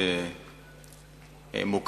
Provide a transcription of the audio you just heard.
נתתי לך קודם את הסעיף הכללי,